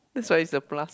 that's why is a plus